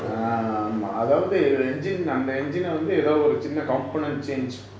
ஆமா:aama engine அந்த:antha engine eh வந்து ஏதோ ஒரு சின்ன:vanthu etho oru chinna component change